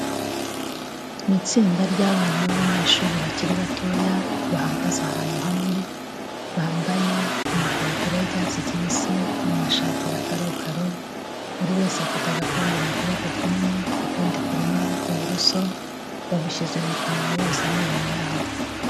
Ni itsinda ry'abana b'abanyeshuri bakiri batoya bahagaze ahantu hamwe, bambaye amakabutura y'icyatsi kibisi n'amashati ya karokaro, buri wese afite agakombe mu kuboko kumwe ukundi kurimo uburoso, babushyize mu kanwa boza amenyo yabo.